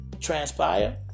transpire